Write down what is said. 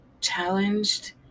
challenged